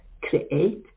create